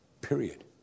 period